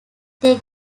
they